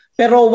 pero